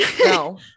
No